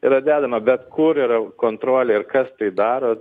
yra dedama bet kur yra kontrolė ir kas tai daro